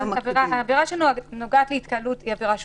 העברה שנוגעת להתקהלות היא עברה שונה.